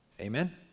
Amen